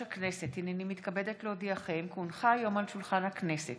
מסמכים שהונחו על שולחן הכנסת